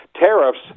Tariffs